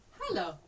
Hello